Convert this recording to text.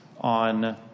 on